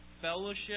fellowship